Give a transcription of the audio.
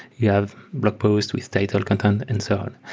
you have blog posts with data content and so on.